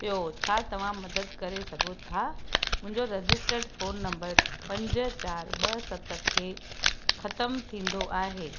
पियो छा तव्हां मदद करे सघो था मुंहिंजो रजिस्टर्ड फ़ोन नंबर पंज चार ॿ सत ते ख़त्मु थींदो आहे